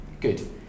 good